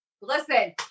listen